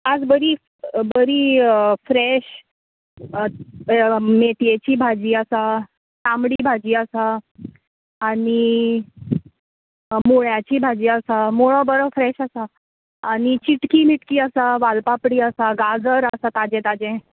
आज बरी बरी फ्रॅश मेथयेची भाजी आसा तांबडी भाजी आसा आनीक मुळ्याची भाजी आसा मुळो बरो फ्रॅश आसा आनी चिटकी मिटकी आसा वालपापडी आसा गाजर आसा ताजे ताजे